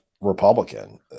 Republican